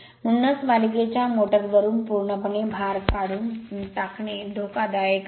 म्हणूनच मालिकेच्या मोटर वरून पूर्णपणे भार काढून टाकणे धोकादायक आहे